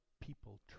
people